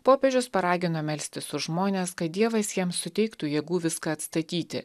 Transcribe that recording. popiežius paragino melstis už žmones kad dievas jiems suteiktų jėgų viską atstatyti